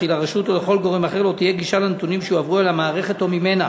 ולרשות או לכל גורם אחר לא תהיה גישה לנתונים שהועברו למערכת או ממנה.